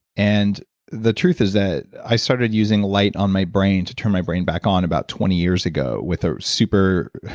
and the truth is that, i started using light on my brain to turn my brain back on about twenty years ago with a super